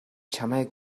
чамайг